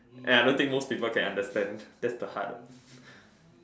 and I don't think most people can understand that's the hard